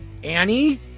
Annie